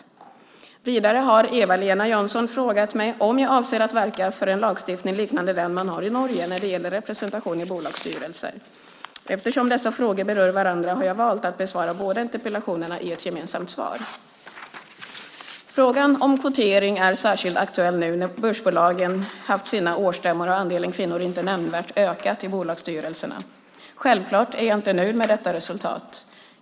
Eva-Lena Jansson har frågat mig om jag avser att verka för en lagstiftning liknande den man har i Norge när det gäller representation i bolagsstyrelser. Eftersom dessa frågor berör varandra har jag valt att besvara båda interpellationerna i ett gemensamt svar. Frågan om kvotering är särskilt aktuell nu när börsbolagen haft sina årsstämmor och andelen kvinnor inte nämnvärt ökat i bolagsstyrelserna. Självklart är jag inte nöjd med detta resultat.